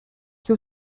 che